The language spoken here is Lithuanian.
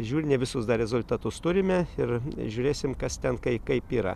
žiūrim ne visus dar rezultatus turime ir žiūrėsim kas ten kai kaip yra